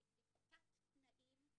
בתת תנאים,